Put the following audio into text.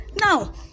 Now